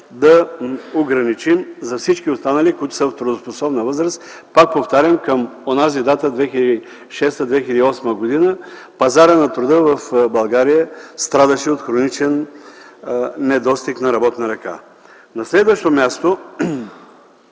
да ограничим за всички останали, които са в трудоспособна възраст. Пак повтарям, към онази дата - 2006-2008 г., пазарът на труда в България страдаше от хроничен недостиг на работна ръка. На следващо място,